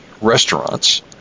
restaurants